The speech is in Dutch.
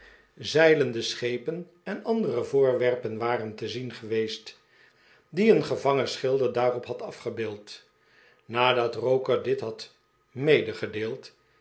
op de muren zeilende sehepen en andere voorwerpen waren te zien geweest die een gevangen schilder daarop had afgebeeld nadat roker dit had